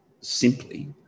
simply